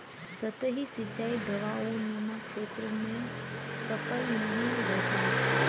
सतही सिंचाई ढवाऊनुमा क्षेत्र में सफल नहीं रहता है